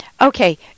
Okay